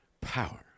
power